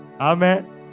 Amen